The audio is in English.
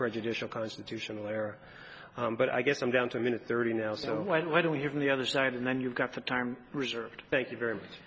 prejudicial constitutional air but i get them down to minute thirty now so why don't we hear from the other side and then you've got the time reserved thank you very much